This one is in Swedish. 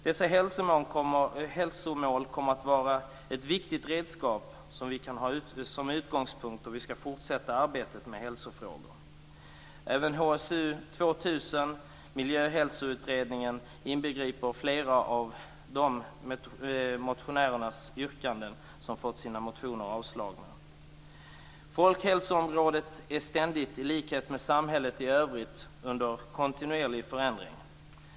Dessa hälsomål kommer att vara ett viktigt redskap som vi kan ha som utgångspunkt då vi skall fortsätta arbetet med hälsofrågor. Även HSU 2000 och Miljöhälsoutredningen inbegriper flera yrkanden från motionärer som fått sina yrkanden avslagna. Folkhälsoområdet är ständigt i likhet med samhället i övrigt under kontinuerlig förändring.